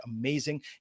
amazing